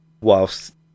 whilst